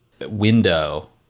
window